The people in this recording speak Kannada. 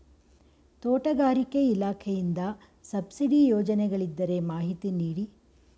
ತೋಟಗಾರಿಕೆ ಇಲಾಖೆಯಿಂದ ಸಬ್ಸಿಡಿ ಯೋಜನೆಗಳಿದ್ದರೆ ಮಾಹಿತಿ ನೀಡಿ?